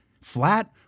flat